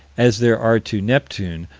as there are to neptune,